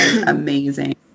amazing